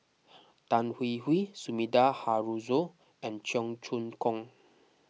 Tan Hwee Hwee Sumida Haruzo and Cheong Choong Kong